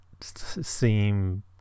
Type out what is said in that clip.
seem